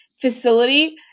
facility